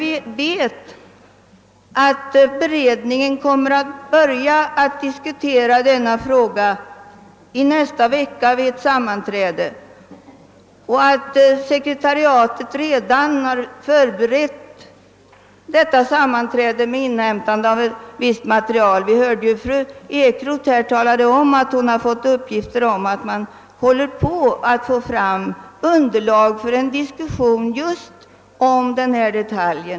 Vi vet att pensionsförsäkringskommittén börjar diskutera denna fråga vid ett sammanträde i nästa vecka och att sekreteriatet redan har förberett detta sammanträde med inhämtande av visst material — vi hörde ju av fru Ekroth att hon fått uppgift om att man håller på att utarbeta underlag för en diskussion om just denna detalj.